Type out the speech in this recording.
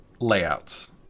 layouts